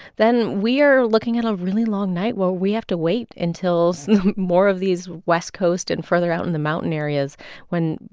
then we're looking at a really long night where we have to wait until so more of these west coast and further out in the mountain areas when,